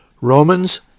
Romans